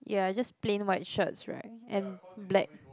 ya it's just plain white shirts right and black